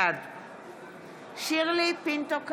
בעד שירלי פינטו קדוש,